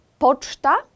Poczta